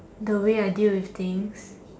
the way I deal with things